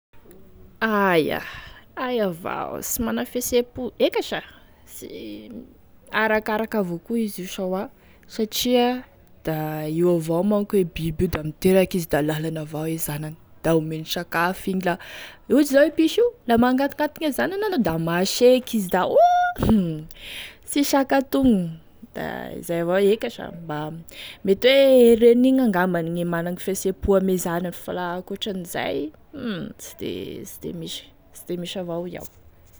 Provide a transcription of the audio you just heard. Aia, aia avao sy mana fihetsehampo, eka sa sy arakaraka avao koa izy io sa hoa, satria da io avao manko e biby io da miteraky izy da lalany avao e zanany da momeny sakafo igny la, ohatry zao e piso io la magnantognantogne zanany anao da maseky izy da oh hum sy saky atognony, da izay avao eka sa da ho mety hoe e reniny iny angamba gne managny fihetsehampo ame zanany, fa ankoatran'izay hum sy de misy, sy de misy avao hoy aho.